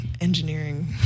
engineering